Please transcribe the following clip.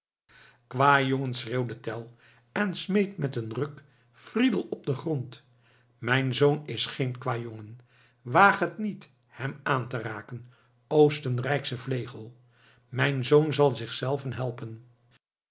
kwâjongen schreeuwde tell en smeet met een ruk friedel op den grond mijn zoon is geen kwâjongen waag het niet hem aan te raken oostenrijksche vlegel mijn zoon zal zichzelven helpen